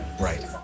Right